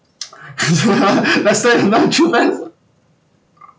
lester you're not a true fan